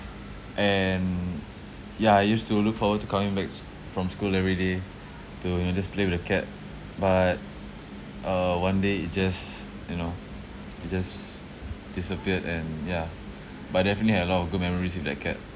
and ya I used to look forward to coming backs from school every day to you know just play with the cat but uh one day it just you know it just disappeared and yeah but definitely I had a lot of good memories with that cat